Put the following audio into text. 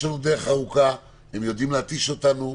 יש לנו דרך ארוכה, הם יודעים להתיש אותנו.